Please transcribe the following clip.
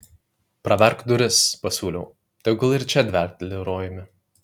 praverk duris pasiūliau tegul ir čia dvelkteli rojumi